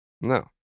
No